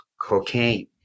cocaine